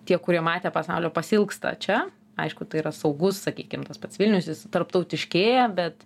tie kurie matę pasaulio pasiilgsta čia aišku tai yra saugus sakykim tas pats vilnius jis tarptautiškėja bet